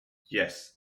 yes